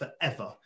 forever